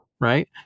Right